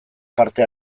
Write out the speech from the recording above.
parte